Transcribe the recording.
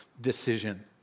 decision